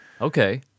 Okay